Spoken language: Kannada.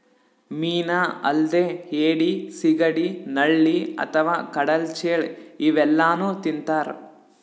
ಮೀನಾ ಅಲ್ದೆ ಏಡಿ, ಸಿಗಡಿ, ನಳ್ಳಿ ಅಥವಾ ಕಡಲ್ ಚೇಳ್ ಇವೆಲ್ಲಾನೂ ತಿಂತಾರ್